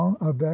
avec